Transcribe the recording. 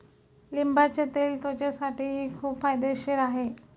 लिंबाचे तेल त्वचेसाठीही खूप फायदेशीर आहे